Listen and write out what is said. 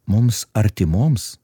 mums artimoms